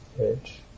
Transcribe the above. edge